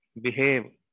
behave